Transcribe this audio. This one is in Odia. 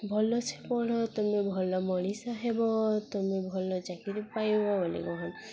ଭଲସେ ପଢ଼ ତୁମେ ଭଲ ମଣିଷ ହେବ ତୁମେ ଭଲ ଚାକିରୀ ପାଇବ ବୋଲି କହନ